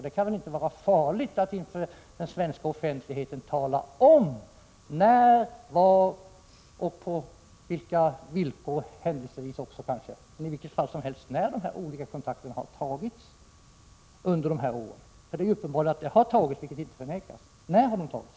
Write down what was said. Det kan väl inte vara farligt för den svenska offentligheten att tala om när, var och kanske också på vilka villkor dessa kontakter har tagits under de gångna åren. Att de har tagits är uppenbart, och det har inte förnekats. När har de tagits?